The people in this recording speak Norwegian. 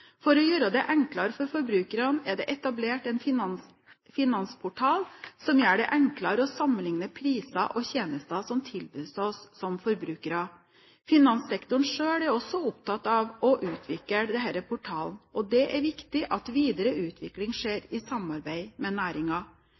For å gjøre det enklere for forbrukerne er det etablert en finansportal som gjør det enklere å sammenligne priser og tjenester som tilbys oss som forbrukere. Finanssektoren selv er også opptatt av å utvikle denne portalen, og det er viktig at videre utvikling skjer i samarbeid med